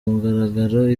mugaragaro